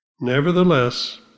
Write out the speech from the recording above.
Nevertheless